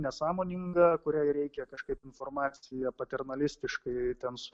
nesąmoninga kuriai reikia kažkaip informaciją paternalistiškai ten